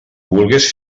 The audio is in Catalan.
vulgues